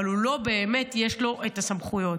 אבל לא באמת יש לו את הסמכויות.